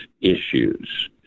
issues